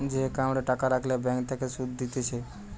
যে একাউন্টে টাকা রাখলে ব্যাঙ্ক থেকে সুধ দিতেছে